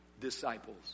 disciples